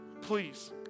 Please